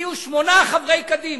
הגיעו שמונה חברי קדימה,